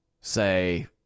say